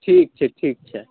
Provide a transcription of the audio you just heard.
ठीक छै ठीक छै